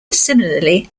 similarly